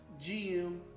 GM